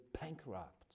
bankrupt